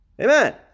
Amen